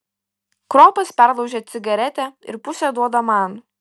kropas perlaužia cigaretę ir pusę duoda man